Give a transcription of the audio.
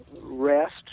rest